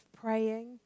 praying